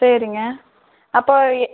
சரிங்க அப்போது எ